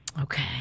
okay